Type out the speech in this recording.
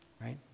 right